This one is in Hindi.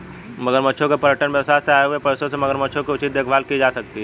मगरमच्छों के पर्यटन व्यवसाय से आए हुए पैसों से मगरमच्छों की उचित देखभाल की जा सकती है